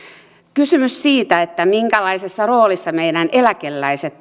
kysymykseen siitä minkälaisessa roolissa meidän eläkeläiset